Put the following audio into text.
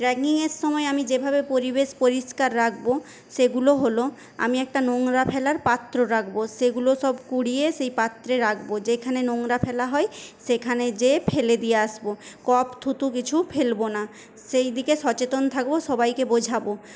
ট্র্যাকিংয়ের সময় আমি যেভাবে পরিবেশ পরিষ্কার রাখবো সেগুলো হল আমি একটা নোংরা ফেলার পাত্র রাখবো সেগুলো সব কুড়িয়ে সেই পাত্রে রাখবো যেখানে নোংরা ফেলা হয় সেখানে যেয়ে ফেলে দিয়ে আসবো কফ থুতু কিছু ফেলবো না সেইদিকে সচেতন থাকবো সবাইকে বোঝাবো